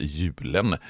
julen